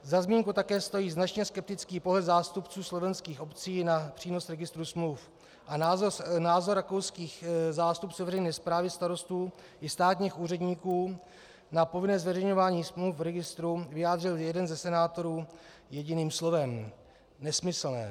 Za zmínku také stojí značně skeptický pohled zástupců slovenských obcí na přínos registru smluv a názor rakouských zástupců veřejné správy, starostů i státních úředníků na povinné zveřejňování smluv v registru vyjádřil jeden ze senátorů jediným slovem nesmyslné.